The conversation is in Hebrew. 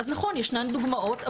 אז נכון ישנן דוגמאות,